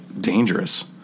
dangerous